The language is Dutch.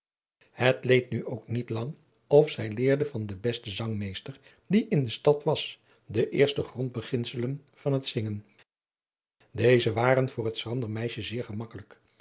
het leed nu ook niet lang of zij leerde van den besten zangmeester die in de stad was de eerste grondbeginselen van het zingen deze waren voor het schrander meisje zeer gemakkelijk